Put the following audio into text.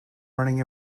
running